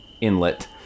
inlet